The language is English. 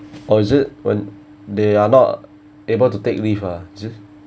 oh is it when they are not able to take leave ah just